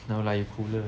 no lah you cooler